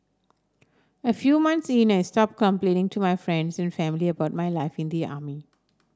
a few months in I stopped complaining to my friends and family about my life in the army